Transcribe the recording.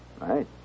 Right